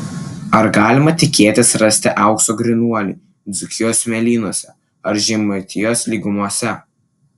ar galima tikėtis rasti aukso grynuolį dzūkijos smėlynuose ar žemaitijos lygumose